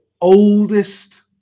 oldest